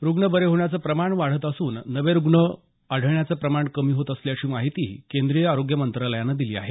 रुग्ण बरे होण्याचं प्रमाणं वाढत असून नवे रुग्ण आढळण्याचं प्रमाण कमी होत असल्याची माहितीही केंद्रीय आरोग्य मंत्रालयानं दिली आहे